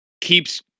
keeps